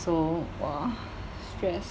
so !wah! stress